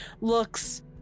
looks